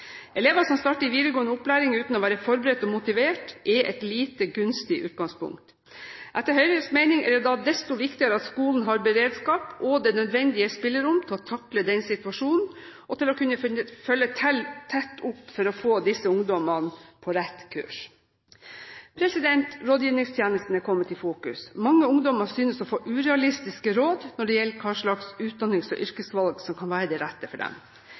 Elever som starter i videregående opplæring uten å være forberedt og motivert, er et lite gunstig utgangspunkt. Etter Høyres mening er det da desto viktigere at skolen har beredskap og det nødvendige spillerom til å takle den situasjonen og til å kunne følge tett opp for å få disse ungdommene på rett kurs. Rådgivningstjenesten er kommet i fokus. Mange ungdommer synes å få urealistisk råd når det gjelder hvilke utdannings- og yrkesvalg som kan være det rette for dem.